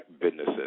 businesses